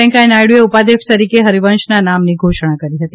વૈકેયા નાયડુએ ઉપાધ્યક્ષ તરીકે હરિવંશના નામની ઘોષણા કરી હતી